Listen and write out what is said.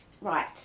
right